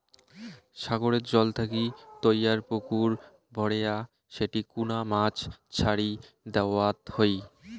সাগরের জল থাকি তৈয়ার পুকুর ভরেয়া সেটি কুনা মাছ ছাড়ি দ্যাওয়ৎ হই